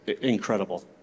incredible